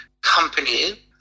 company